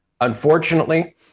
Unfortunately